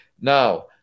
now